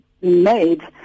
made